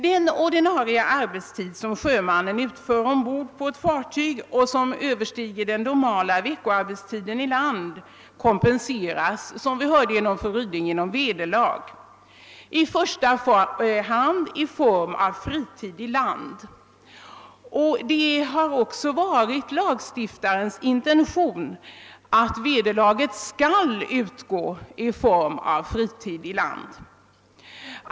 Den ordinarie arbetstid, som sjömännen utför ombord på ett fartyg, och som överstiger den normala veckoarbetstiden i land kompenseras, såsom vi hörde av fru Ryding, genom vederlag i första hand i form av fritid i land. Det har också varit lagstiftarnas intention att vederlaget skulle utgå i form av fritid i land.